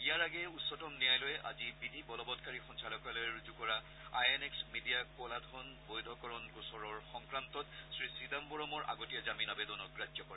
ইয়াৰ আগেয়ে উচ্চতম ন্যায়ালয়ে আজি বিধি বলবৎকাৰী সঞ্চালকালয়ে ৰুজু কৰা আই এন এক্স মিডিয়া ক'লা ধন বৈধকৰণ গোচৰৰ সংক্ৰান্তত শ্ৰীচিদাম্বৰমৰ আগতীয়া জামিন আবেদন অগ্ৰাহ্য কৰে